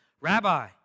Rabbi